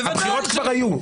הבחירות כבר היו.